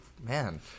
man